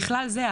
בכלל זה,